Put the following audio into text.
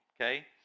okay